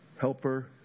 helper